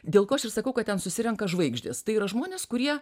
dėl ko aš ir sakau kad ten susirenka žvaigždės tai yra žmonės kurie